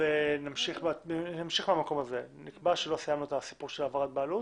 נקבע שלא סיימנו את הסיפור של העברת בעלות